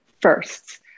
firsts